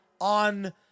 on